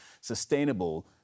sustainable